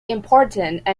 important